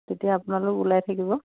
তেতিয়া আপোনালোক ওলাই থাকিব